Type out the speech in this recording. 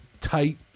tight